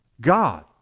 God